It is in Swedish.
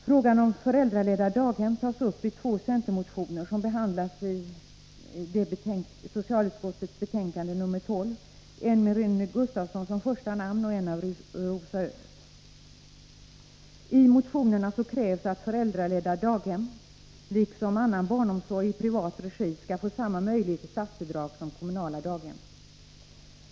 Frågan om föräldraledda daghem tas upp i två centermotioner, som behandlas i socialutskottets betänkande nr 12, en med Rune Gustavsson som första namn och en av Rosa Östh. I motionerna krävs att föräldraledda daghem liksom annan barnomsorg i privat regi skall få samma möjlighet till statsbidrag som kommunala daghem.